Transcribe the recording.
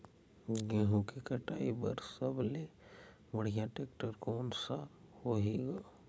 गहूं के कटाई पर सबले बढ़िया टेक्टर कोन सा होही ग?